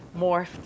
morphed